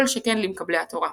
כל שכן למקבלי התורה".